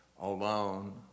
alone